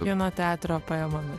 kino teatro pajamomis